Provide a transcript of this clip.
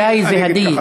שי זה "הדי".